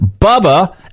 Bubba